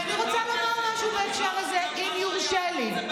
ואני רוצה לומר משהו בהקשר הזה, אם יורשה לי.